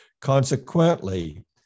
Consequently